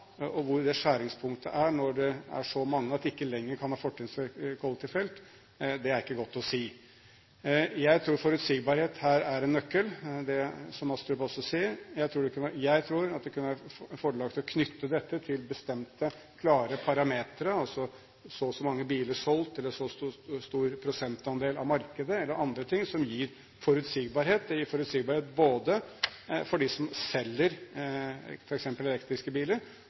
Hvor det skjæringspunktet er når det er så mange at de ikke lenger kan ha fortrinnsrett i kollektivfelt, er ikke godt å si. Jeg tror forutsigbarhet her er en nøkkel – som Astrup også sier. Jeg tror at det kunne være fordelaktig å knytte dette til bestemte, klare parametre, altså til så og så mange solgte biler, til så og så stor prosentandel av markedet, eller til andre ting som gir forutsigbarhet både for dem som selger f.eks. elektriske biler,